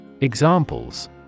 Examples